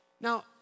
Now